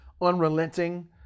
unrelenting